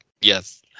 Yes